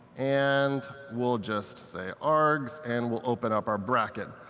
and we'll just say args, and we'll open up our bracket.